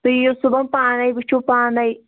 تُہۍ یِیِو صُبحن پانَے وٕچھِو پانَے